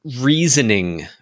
reasoning